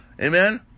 Amen